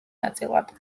ნაწილად